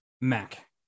mac